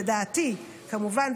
לדעתי כמובן,